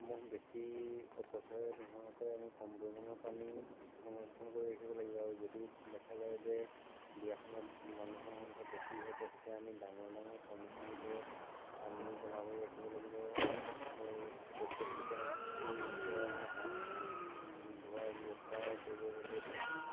সমূহ বেছি অপচয় নোহোৱাকৈ আমি কম পৰিমাণৰ পানী সংৰক্ষণ কৰি ৰাখিব লাগিব আৰু যদি দেখা যায় যে বিয়াখনত মানুহৰ সংখ্য়া বেছি হ'ব তেতিয়া আমি ডাঙৰ ডাঙৰ টেংকীবোৰত পানী জমা কৰি ৰাখিব লাগিব আৰু প্ৰত্য়েকটো টেংকীৰ পৰাই আমি হাত ধোৱাৰ ব্য়ৱস্থা কৰিবৰ বাবে পানী